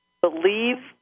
believe